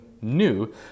new